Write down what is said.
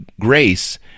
grace